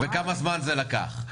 כמה זמן זה לקח אז.